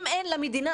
אם אין למדינה,